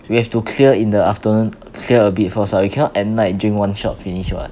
we have to clear in the afternoon clear a bit first [what] you cannot at night during one shot finish [what]